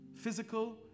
physical